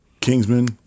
Kingsman